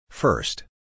First